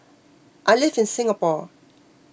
I live in Singapore